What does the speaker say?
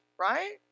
right